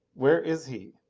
where is he?